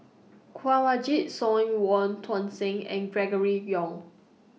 Kanwaljit Soin Wong Tuang Seng and Gregory Yong